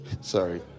sorry